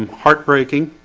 and heartbreaking